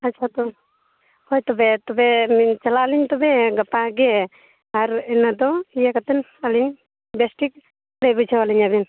ᱟᱪᱪᱷᱟ ᱛᱚ ᱦᱳᱭ ᱛᱚᱵᱮ ᱛᱚᱵᱮᱞᱤᱧ ᱪᱟᱞᱟᱜ ᱟᱹᱞᱤᱧ ᱛᱚᱵᱮ ᱜᱟᱯᱟ ᱜᱮ ᱟᱨ ᱤᱱᱟᱹ ᱫᱚ ᱤᱭᱟᱹ ᱠᱟᱛᱮᱱ ᱟᱹᱞᱤᱧ ᱵᱮᱥᱴᱷᱤᱠ ᱞᱟᱹᱭ ᱵᱩᱡᱷᱟᱹᱣ ᱟᱹᱞᱤᱧᱟᱵᱮᱱ